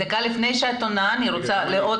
לפני שאני עונה אני רוצה לאפשר לעוד